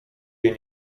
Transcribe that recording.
jej